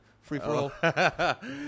Free-for-all